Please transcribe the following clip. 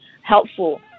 helpful